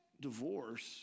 divorce